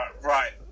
Right